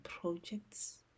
projects